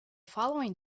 following